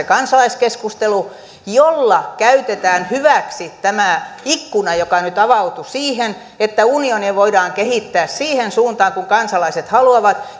kansalaiskeskustelu jolla käytetään hyväksi tämä ikkuna joka nyt avautui siihen että unionia voidaan kehittää siihen suuntaan kuin kansalaiset haluavat